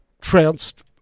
trounced